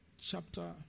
chapter